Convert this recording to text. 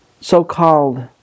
so-called